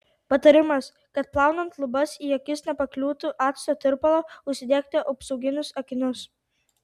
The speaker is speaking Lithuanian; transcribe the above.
patarimas kad plaunant lubas į akis nepakliūtų acto tirpalo užsidėkite apsauginius akinius